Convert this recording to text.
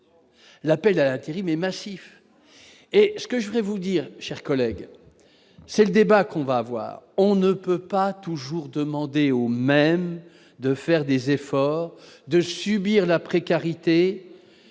l'appel à l'intérim et massif et ce que je vais vous dire chers collègues, c'est le débat qu'on va voir, on ne peut pas toujours demandés aux mêmes de faire des efforts de subir la précarité